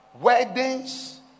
weddings